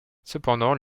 cependant